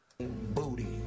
Booty